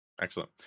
Excellent